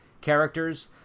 characters